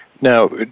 Now